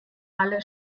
alle